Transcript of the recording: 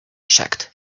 checked